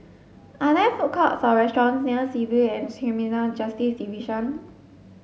are there food courts or restaurants near Civil and Criminal Justice Division